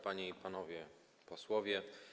Panie i Panowie Posłowie!